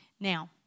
Now